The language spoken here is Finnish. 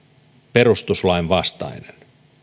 perustuslain vastainen